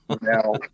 Now